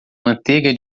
manteiga